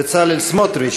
בצלאל סמוטריץ,